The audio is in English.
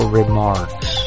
remarks